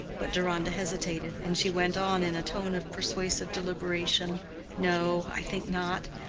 but deronda hesitated, and she went on in a tone of persuasive deliberation no, i think not.